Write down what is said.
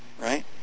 right